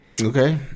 Okay